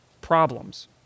problems